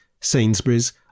Sainsbury's